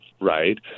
right